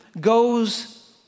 goes